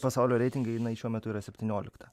pasaulio reitinge jinai šiuo metu yra septyniolikta